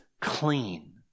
clean